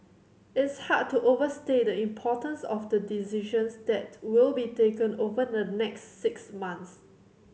it's hard to overstate the importance of the decisions that will be taken over the next six months